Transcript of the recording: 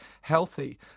healthy